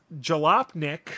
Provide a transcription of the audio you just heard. Jalopnik